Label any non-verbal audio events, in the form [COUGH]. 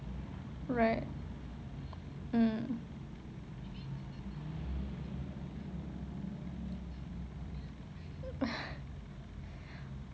right mm [LAUGHS]